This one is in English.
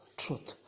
truth